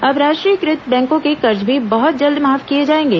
अब राष्ट्रीयकृत बैंकों के कर्ज भी बहुत जल्द माफ किए जाएंगे